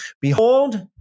Behold